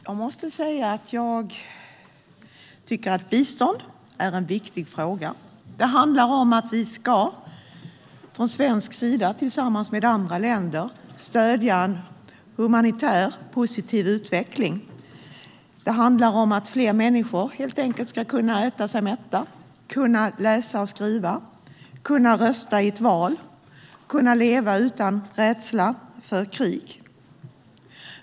Jag tycker att frågan om bistånd är viktig. Det handlar om att vi från svensk sida, tillsammans med andra länder, ska stödja en positiv humanitär utveckling. Det handlar helt enkelt om att fler människor ska kunna äta sig mätta, kunna läsa och skriva, kunna rösta i ett val och kunna leva utan rädsla för krig.